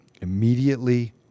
immediately